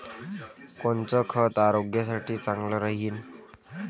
कोनचं खत आरोग्यासाठी चांगलं राहीन?